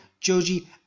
Joji